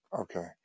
okay